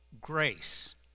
grace